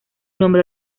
nombre